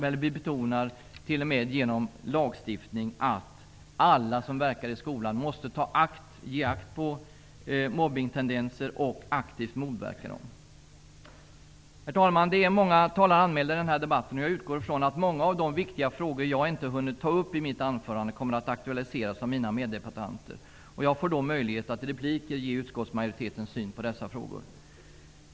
Vi betonar t.o.m. genom lagstiftning att alla som verkar i skolan måste ge akt på mobbningstendenser och aktivt motverka dem. Herr talman! Det är många talare anmälda till debatten, och jag utgår ifrån att många av de viktiga frågor som jag inte hunnit ta upp i mitt anförande kommer att aktualiseras av mina meddebattanter. Jag får då möjlighet att i repliker ge utskottmajoritetens syn på dessa frågor.